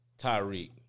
Tyreek